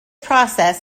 process